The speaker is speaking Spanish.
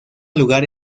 lugar